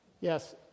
Yes